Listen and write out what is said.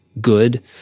good